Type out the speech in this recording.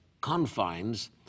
confines